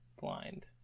blind